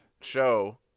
show